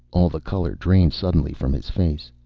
all the color drained suddenly from his face.